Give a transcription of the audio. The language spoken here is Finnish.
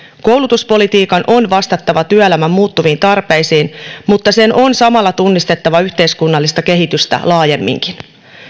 koulutuspolitiikan on vastattava työelämän muuttuviin tarpeisiin mutta sen on samalla tunnistettava yhteiskunnallista kehitystä laajemminkin